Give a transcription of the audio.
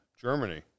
Germany